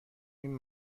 این